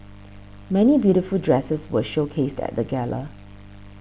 many beautiful dresses were showcased at the gala